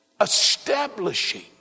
establishing